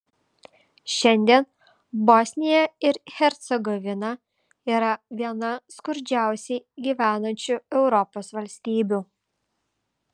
šiandien bosnija ir hercegovina yra viena skurdžiausiai gyvenančių europos valstybių